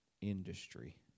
industry